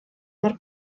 mor